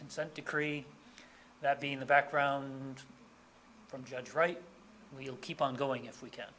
consent decree that being the background from judge wright we'll keep on going if we can